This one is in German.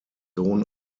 sohn